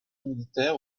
militaire